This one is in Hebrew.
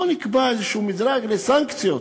בואו נקבע איזשהו מדרג לסנקציות